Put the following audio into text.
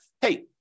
hey